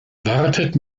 wartet